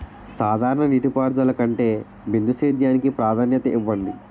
సాధారణ నీటిపారుదల కంటే బిందు సేద్యానికి ప్రాధాన్యత ఇవ్వండి